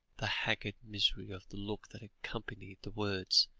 the haggard misery of the look that accompanied the words,